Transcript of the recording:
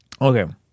Okay